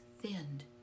thinned